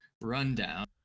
rundown